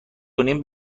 کنیم